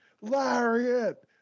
Lariat